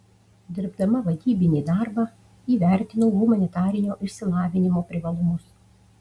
dirbdama vadybinį darbą įvertinau humanitarinio išsilavinimo privalumus